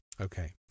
Okay